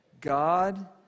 God